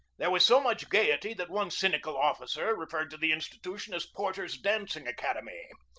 there was so much gay ety that one cynical officer referred to the institu tion as porter's dancing academy.